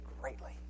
greatly